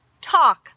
talk